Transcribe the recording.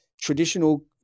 traditional